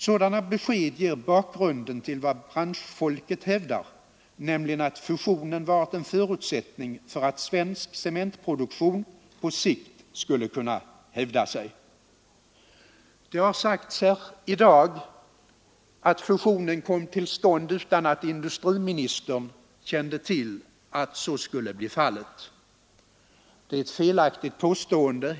Sådana besked ger bakgrunden till vad branschfolket hävdar, nämligen att fusionen varit en förutsättning för att svensk cementproduktion på sikt skulle kunna hävda sig. Det har sagts här i dag att fusionen kom till stånd utan att industriministern kände till att så skulle bli fallet. Det är ett felaktigt påstående.